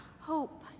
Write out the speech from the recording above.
hope